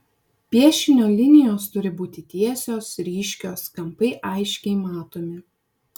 piešinio linijos turi būti tiesios ryškios kampai aiškiai matomi